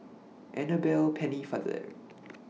Annabel Pennefather